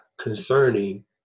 concerning